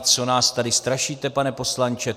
Co nás tady strašíte, pane poslanče?